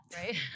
right